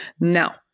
Now